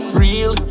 real